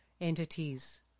entities